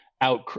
out